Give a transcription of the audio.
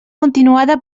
continuada